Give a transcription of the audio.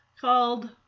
called